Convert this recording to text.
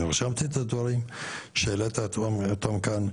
אני רשמתי את הדברים שהעלית אותם כאן,